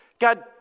God